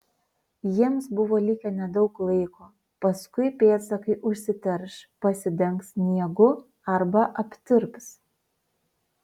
jiems buvo likę nedaug laiko paskui pėdsakai užsiterš pasidengs sniegu arba aptirps